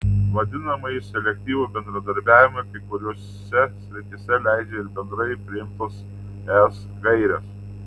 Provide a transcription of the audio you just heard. vadinamąjį selektyvų bendradarbiavimą kai kuriose srityse leidžia ir bendrai priimtos es gairės